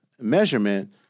measurement